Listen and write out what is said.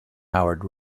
howard